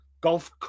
golf